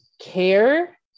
care